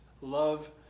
love